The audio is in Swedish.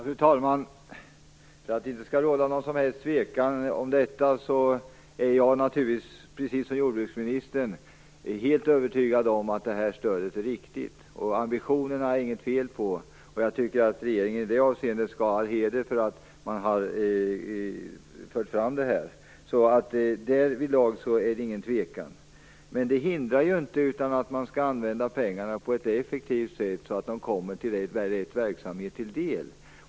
Fru talman! För att det inte skall råda något som helst tvivel vill jag säga att jag, precis som jordbruksministern, är helt övertygad om att det här stödet är viktigt. Ambitionerna är det inget fel på. Jag tycker tvärtom att regeringen i det avseendet skall ha all heder av att detta förts fram. Därvidlag råder det alltså inget tvivel. Men det hindrar inte att pengarna används effektivt, så att de kommer rätt verksamhet till del.